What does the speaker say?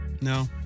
No